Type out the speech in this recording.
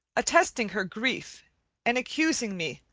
attesting her grief and accusing me,